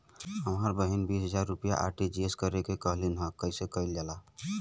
हमर बहिन बीस हजार रुपया आर.टी.जी.एस करे के कहली ह कईसे कईल जाला?